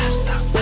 stop